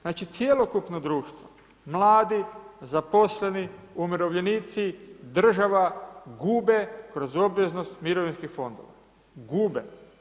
Znači, cjelokupno društvo, mladi, zaposleni, umirovljenici, država gube kroz obveznost mirovinskih fondova, gube.